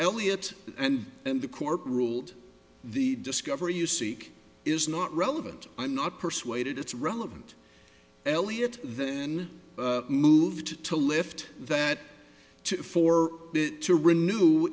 eliot and and the court ruled the discovery you seek is not relevant i'm not persuaded it's relevant eliot then moved to lift that four bit to renew